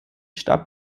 starb